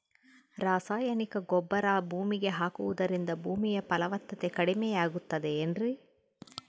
ರಾಸಾಯನಿಕ ಗೊಬ್ಬರ ಭೂಮಿಗೆ ಹಾಕುವುದರಿಂದ ಭೂಮಿಯ ಫಲವತ್ತತೆ ಕಡಿಮೆಯಾಗುತ್ತದೆ ಏನ್ರಿ?